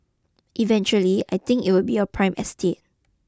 eventually I think it will be prime estate